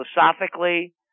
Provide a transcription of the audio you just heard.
philosophically